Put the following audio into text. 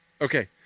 Okay